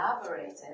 elaborated